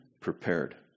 prepared